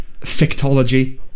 fictology